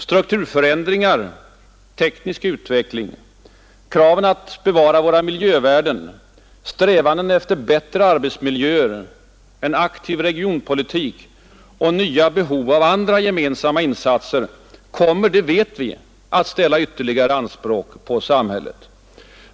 Strukturförändringar och teknisk utveckling, kraven att bevara våra miljövärden, strävandena efter bättre arbetsmiljöer, en aktiv regionpolitik och nya behov av andra gemensamma insatser kommer — det vet vi — att ställa ytterligare anspråk på samhället.